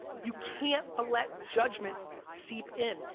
you can't ah let judgment seep in.